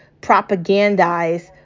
propagandize